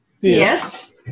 Yes